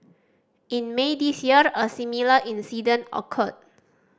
in May this year a similar incident occurred